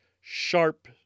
sharp